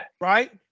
Right